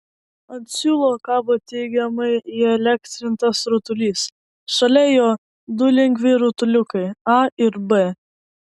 ant siūlo kabo teigiamai įelektrintas rutulys šalia jo du lengvi rutuliukai a ir b